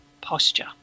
posture